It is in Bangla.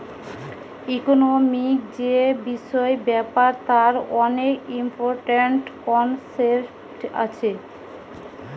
ইকোনোমিক্ যে বিষয় ব্যাপার তার অনেক ইম্পরট্যান্ট কনসেপ্ট আছে